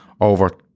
over